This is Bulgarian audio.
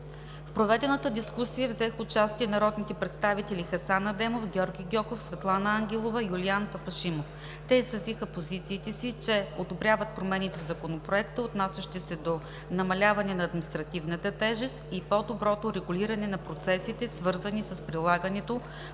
В проведената дискусия взеха участие народните представители Хасан Адемов, Георги Гьоков, Светлана Ангелова и Юлиян Папашимов. Те изразиха позициите си, че одобряват промените в Законопроекта, отнасящи се до намаляване на административната тежест и по-доброто регулиране на процесите, свързани с прилагането